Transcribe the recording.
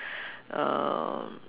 um